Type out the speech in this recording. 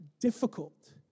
difficult